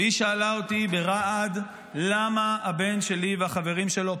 והיא שאלה אותי ברעד: למה הבן שלי והחברים שלו,